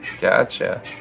Gotcha